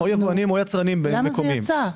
למה זה יצא?